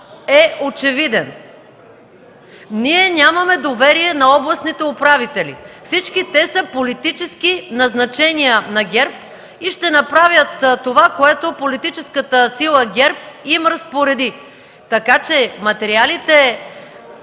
е очевиден – ние нямаме доверие на областните управители. Всички те са политически назначения на ГЕРБ и ще направят това, което политическата сила ГЕРБ им разпореди, така че материалите